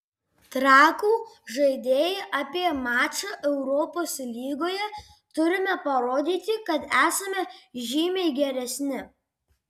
trakų žaidėjai apie mačą europos lygoje turime parodyti kad esame žymiai geresni